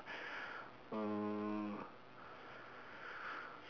um